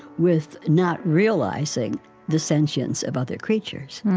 with not realizing the sentience of other creatures,